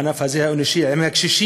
בענף האנושי הזה, עם הקשישים.